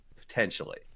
potentially